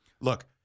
Look